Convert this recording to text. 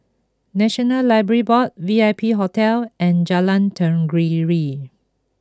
National Library Board V I P Hotel and Jalan Tenggiri